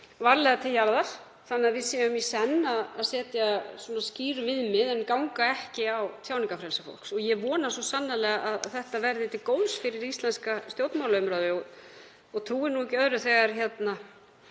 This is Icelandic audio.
varlega til jarðar þannig að við séum í senn að setja skýr viðmið án þess að ganga á tjáningarfrelsi fólks. Ég vona svo sannarlega að þetta verði til góðs fyrir íslenska stjórnmálaumræðu. Ég trúi ekki öðru, þegar allir